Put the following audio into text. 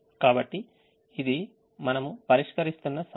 కాబట్టి ఇది మనము పరిష్కరిస్తున్న సమస్య